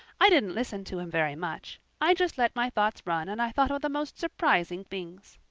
i didn't listen to him very much. i just let my thoughts run and i thought of the most surprising things.